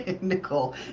Nicole